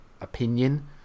opinion